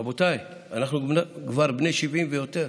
רבותיי, אנחנו כבר בני 70 ויותר.